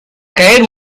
caer